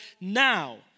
now